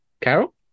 carol